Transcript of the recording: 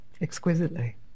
exquisitely